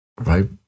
right